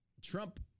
Trump